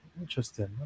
Interesting